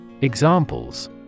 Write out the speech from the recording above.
Examples